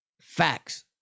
Facts